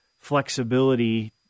flexibility